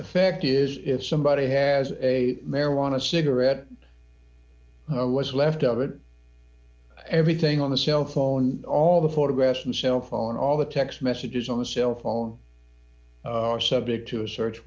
effect is if somebody has a marijuana cigarette was left of it everything on the cell phone all the photographs and cell phone all the text messages on the cell phone are subject to a search